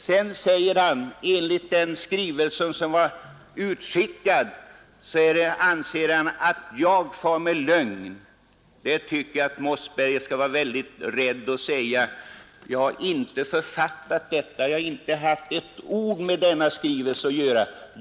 Sedan anser herr Mossberger, med stöd av den skrivelse som har utsänts till riksdagens ledamöter, att jag far med lögn. Det är hårda ord. Jag tycker herr Mossberger bör akta sig för att påstå det — jag har varken författat skrivelsen eller haft någonting med den att göra.